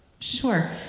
Sure